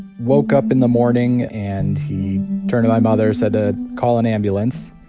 woke up in the morning, and he turned to my mother, said to call an ambulance.